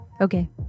Okay